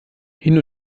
hin